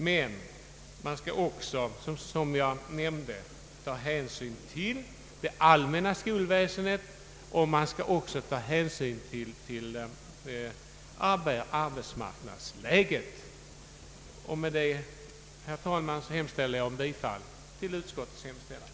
Som jag nämnde, gäller det dock här att ta hänsyn till utbildningsmöjligheterna inom det allmänna skolväsendet och till arbetsmarknadsläget. Med vad jag här anfört, herr talman, yrkar jag bifall till utskottets hemställan.